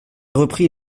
repris